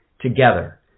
Together